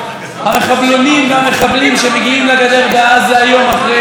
המחבלונים והמחבלים שמגיעים לגדר בעזה יום אחרי יום,